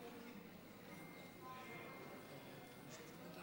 עד